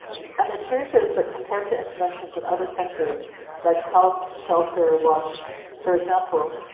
and the truth is that compared to interventions in other sectors like health, shelter, wash for example,